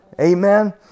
Amen